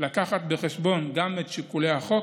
לקחת בחשבון גם את שיקולי הצדק,